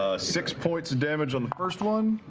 ah six points of damage on the first one,